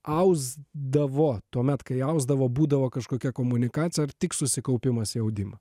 ausdavo tuomet kai ausdavo būdavo kažkokia komunikacija ar tik susikaupimas į audimą